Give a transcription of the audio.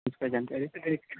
इसकी जानकारी तो दें